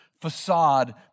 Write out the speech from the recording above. facade